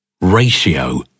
Ratio